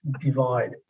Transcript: divide